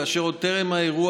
כאשר עוד טרם האירוע,